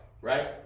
right